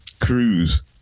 cruise